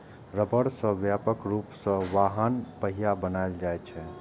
रबड़ सं व्यापक रूप सं वाहनक पहिया बनाएल जाइ छै